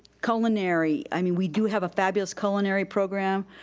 culinary, i mean we do have a fabulous culinary program,